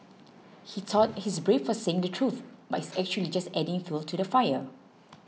he thought he's brave for saying the truth but he's actually just adding fuel to the fire